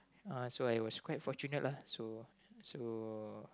uh so I was quite fortunate lah so so